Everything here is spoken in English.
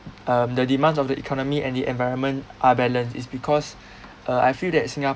um the demands of the economy and the environment are balanced is because uh I feel that singapore